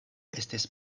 estis